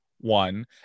one